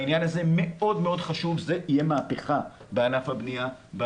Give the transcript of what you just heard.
זה מאוד מאוד חשוב, זו תהיה מהפכה בענף הבנייה.